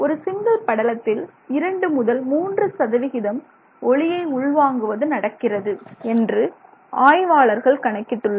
ஒரு சிங்கிள் படலத்தில் இரண்டு முதல் மூன்று சதவிகிதம் ஒளியை உள்வாங்குவது நடக்கிறது என்று ஆய்வாளர்கள் கணக்கிட்டுள்ளனர்